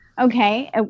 okay